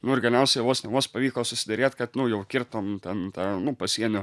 nu ir galiausiai vos ne vos pavyko susiderėt kad nu jau kirtom ten tą nu pasienio